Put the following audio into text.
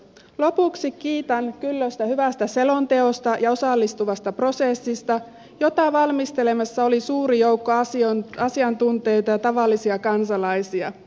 lopuksi kiitän kyllöstä hyvästä selonteosta ja osallistavasta prosessista jota valmistelemassa oli suuri joukko asiantuntijoita ja tavallisia kansalaisia